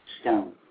Stone